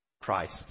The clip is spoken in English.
Christ